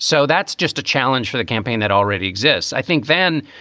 so that's just a challenge for the campaign that already exists. i think then,